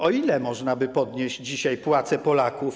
O ile można by podnieść dzisiaj płace Polaków?